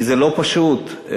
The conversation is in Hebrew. כי זה לא פשוט לעלות,